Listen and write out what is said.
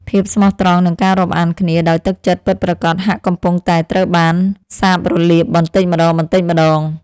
ភាពស្មោះត្រង់និងការរាប់អានគ្នាដោយទឹកចិត្តពិតប្រាកដហាក់កំពុងតែត្រូវបានសាបរលាបបន្តិចម្តងៗ។